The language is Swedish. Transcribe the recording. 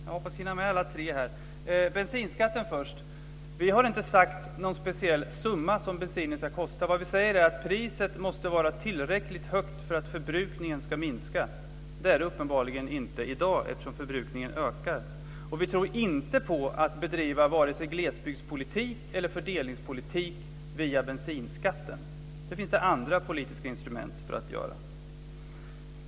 Fru talman! Jag hoppas hinna med alla tre frågorna. Först ska jag ta upp bensinskatten. Vi har inte sagt någon speciell summa som bensinen ska kosta. Vad vi säger är att priset måste vara tillräckligt högt för att förbrukningen ska minska. Det är det uppenbarligen inte i dag, eftersom förbrukningen ökar. Och vi tror inte på att bedriva vare sig glesbygdspolitik eller fördelningspolitik via bensinskatten. Det finns andra politiska instrument för att göra det.